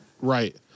Right